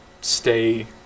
stay